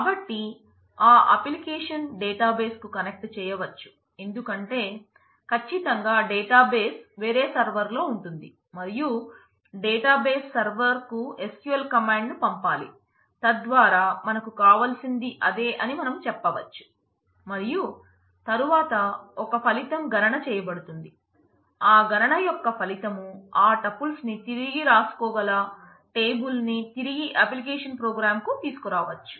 కాబట్టి ఆ అప్లికేషన్ కు తీసుకురావచ్చు